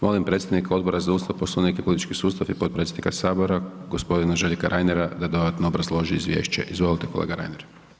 Molim predstavnika Odbora za Ustav, Poslovnik i politički sustav i potpredsjednika Sabora, g. Željka Reinera da dodatno obrazloži izvješće, izvolite kolega Reiner.